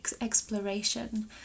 exploration